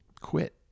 quit